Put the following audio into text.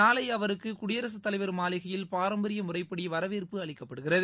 நாளை அவருக்கு குடியரசு தலைவர் மாளிகையில் பாரம்பரிய முறைப்படி வரவேற்பு அளிக்கப்படுகிறது